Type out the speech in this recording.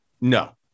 No